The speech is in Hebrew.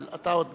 אבל עוד בזמן.